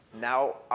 Now